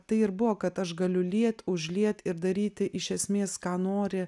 tai ir buvo kad aš galiu liet užliet ir daryti iš esmės ką nori